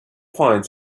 finds